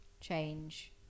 change